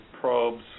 probes